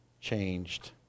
changed